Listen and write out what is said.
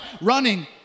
running